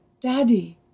Daddy